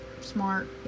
smart